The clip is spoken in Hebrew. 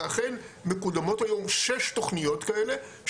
ואכן מקודמות היום שש תוכניות כאלה,